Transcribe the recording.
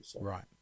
Right